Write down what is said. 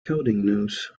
cowdenknowes